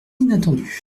inattendu